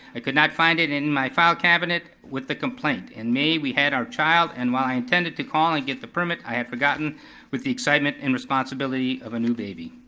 could not find it in my file cabinet with the complaint. in may we had our child, and while i intended to call and get the permit, i had forgotten with the excitement and responsibility of a new baby.